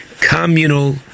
Communal